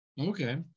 okay